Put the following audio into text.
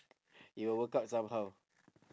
it will work out somehow